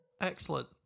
Excellent